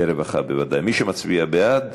מי שמצביע בעד,